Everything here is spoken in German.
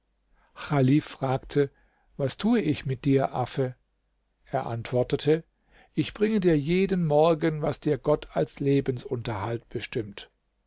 chalif fragte was tue ich mit dir affe er antwortete ich bringe dir jeden morgen was dir gott als lebensunterhalt bestimmt